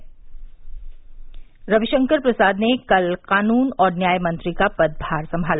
तीन तलाक रविशंकर प्रसाद ने कल कानून और न्याय मंत्री का पदभार संभाला